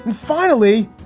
and finally,